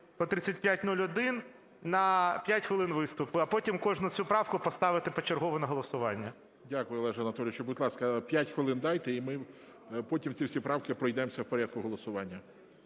по 3501 на 5 хвилин виступу. А потім кожну цю правку поставити почергово на голосування. ГОЛОВУЮЧИЙ. Дякую, Олегу Анатолійовичу. Будь ласка, 5 хвилин дайте. І ми потім ці всі правки пройдемося в порядку голосування.